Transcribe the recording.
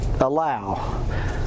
allow